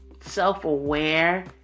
self-aware